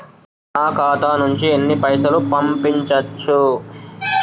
నా ఖాతా నుంచి ఎన్ని పైసలు పంపించచ్చు?